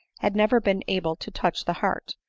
had never been able to touch the heart,